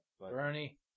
Bernie